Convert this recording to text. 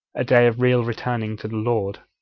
a day of real returning to the lord.